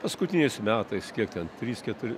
paskutiniais metais kiek ten trys keturi